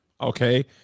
okay